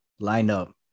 lineup